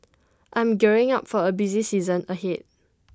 I am gearing up for A busy season ahead